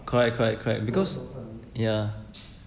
correct correct correct because yeah